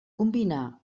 combinà